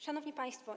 Szanowni Państwo!